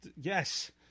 Yes